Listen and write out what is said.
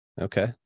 Okay